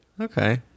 Okay